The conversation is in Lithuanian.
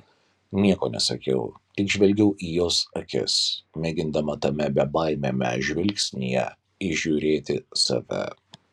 nieko nesakiau tik žvelgiau į jos akis mėgindama tame bebaimiame žvilgsnyje įžiūrėti save